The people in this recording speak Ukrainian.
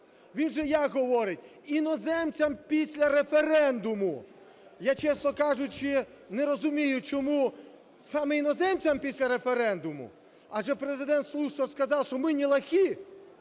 Він же як говорить: "Іноземцям – після референдуму". Я, чесно кажучи, не розумію, чому саме іноземцям – після референдуму, адже Президент слушно сказав, що ми не лохи.